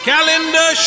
Calendar